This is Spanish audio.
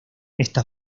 está